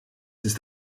ist